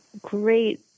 great